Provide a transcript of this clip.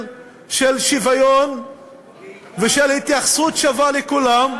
של שוויון ושל התייחסות שווה לכולם.